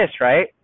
right